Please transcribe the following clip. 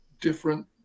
different